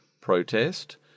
protest